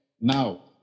now